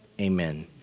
Amen